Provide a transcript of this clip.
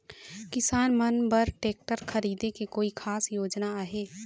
किसान मन बर ट्रैक्टर खरीदे के कोई खास योजना आहे?